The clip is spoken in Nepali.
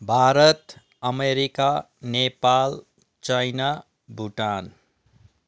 Bharat America Nepal China Bhutan